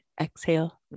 Exhale